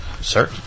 sir